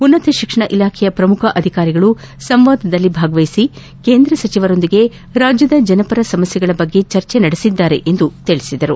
ಉನ್ನತ ಶಿಕ್ಷಣ ಇಲಾಖೆಯ ಪ್ರಮುಖ ಅಧಿಕಾರಿಗಳು ಸಂವಾದದಲ್ಲಿ ಭಾಗವಹಿಸಿ ಕೇಂದ್ರ ಸಚಿವರೊಂದಿಗೆ ರಾಜ್ಯದ ಜನಪರ ಸಮಸ್ಥೆಗಳ ಬಗ್ಗೆ ಚರ್ಚೆ ನಡೆಸಿದ್ದಾರೆ ಎಂದು ತಿಳಿಸಿದರು